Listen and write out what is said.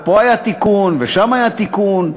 פה היה תיקון ושם היה תיקון.